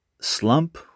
slump